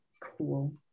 Cool